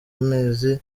amezi